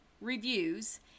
Reviews